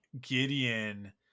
Gideon